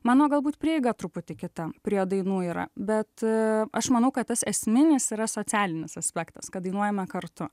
mano galbūt prieiga truputį kita prie dainų yra bet aš manau kad tas esminis yra socialinis aspektas kad dainuojame kartu